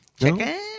Chicken